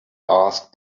asked